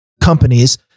companies